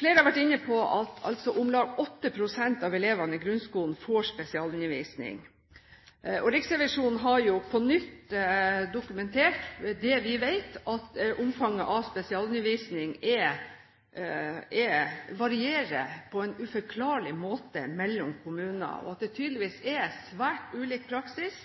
Flere har vært inne på at om lag 8 pst. av elevene i grunnskolen får spesialundervisning. Riksrevisjonen har jo på nytt dokumentert det vi vet, at omfanget av spesialundervisning varierer på en uforklarlig måte mellom kommuner, og at det tydeligvis er svært ulik praksis,